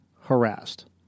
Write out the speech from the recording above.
harassed